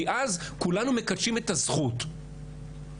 כי אז כולנו מקדשים את הזכות לחופש,